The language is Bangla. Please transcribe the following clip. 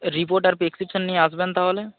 রিপোর্ট আর প্রেসক্রিপশান নিয়ে আসবেন তাহলে